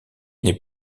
n’est